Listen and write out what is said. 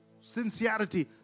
Sincerity